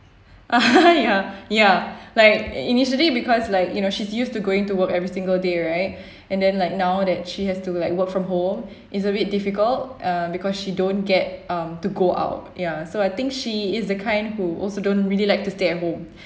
ya ya like initially because like you know she's used to going to work every single day right and then like now that she has to like work from home it's a bit difficult uh because she don't get um to go out ya so I think she is the kind who also don't really like to stay at home